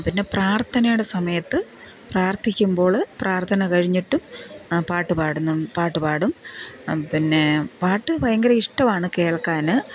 പിന്നെ പ്രാർത്ഥനയുടെ സമയത്ത് പ്രാർത്ഥിക്കുമ്പോള് പ്രാർത്ഥന കഴിഞ്ഞിട്ടും പാട്ടുപാടുന്നു പാട്ടുപാടും പിന്നെ പാട്ട് ഭയങ്കര ഇഷ്ടമാണ് കേൾക്കാന്